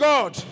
God